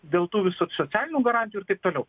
dėl tų visų socialinių garantijų ir taip toliau